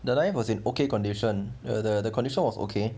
the knife was in okay condition the condition was okay